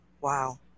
Wow